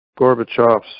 Gorbachev's